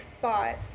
thought